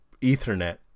ethernet